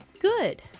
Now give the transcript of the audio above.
Good